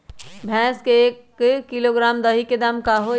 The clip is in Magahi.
भैस के एक किलोग्राम दही के दाम का होई?